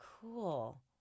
cool